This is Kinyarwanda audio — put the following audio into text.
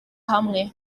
hamwe